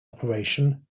operation